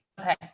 okay